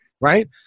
right